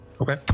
Okay